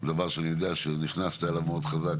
דבר שאני יודע שנכנסת אליו מאוד חזק,